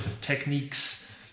techniques